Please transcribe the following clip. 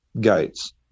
gates